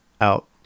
out